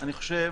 אני חושב